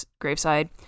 graveside